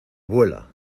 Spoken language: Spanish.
vuela